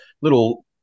little